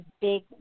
big